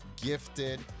gifted